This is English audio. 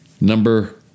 number